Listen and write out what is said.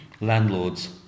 landlords